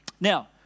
Now